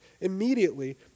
Immediately